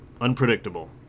unpredictable